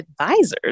advisors